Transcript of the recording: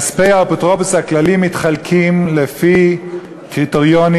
כספי האפוטרופוס הכללי מחולקים לפני קריטריונים